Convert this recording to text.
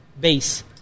base